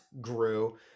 grew